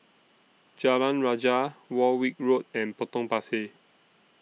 Jalan Rajah Warwick Road and Potong Pasir